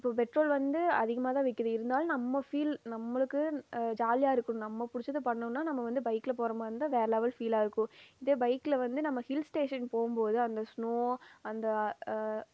இப்போது பெட்ரோல் வந்து அதிகமாக தான் விற்க்கிது இருந்தாலும் நம்ம ஃபீல் நம்மளுக்கு ஜாலியாக இருக்கணும் நமக்கு பிடிச்சத பண்ணணும்னால் நம்ம வந்து பைக்கில் போகிற மாதிரி இருந்தால் வேறு லெவல் ஃபீலாக இருக்கும் இதே பைக்கில் வந்து நம்ம ஹில்ஸ் ஸ்டேஷன் போகும் போது அந்த ஸ்னோ அந்த